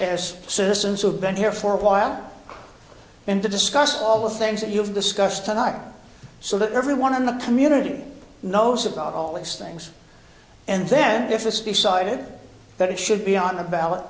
as citizens who've been here for a while and to discuss all the things that you've discussed tonight so that everyone in the community knows about all these things and then if this decided that it should be on a ballot